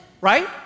right